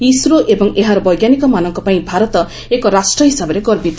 ISRO ଏବଂ ଏହାର ବୈଜ୍ଞାନିକମାନଙ୍କ ପାଇଁ ଭାରତ ଏକ ରାଷ୍ଟ୍ର ହିସାବରେ ଗର୍ବିତ